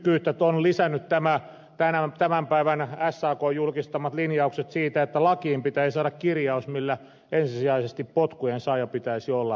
synkkyyttä on lisännyt tänä päivänä sakn julkistamat linjaukset siitä että lakiin pitäisi saada kirjaus millä ensisijaisesti potkujen saajan pitäisi olla nuori